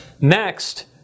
Next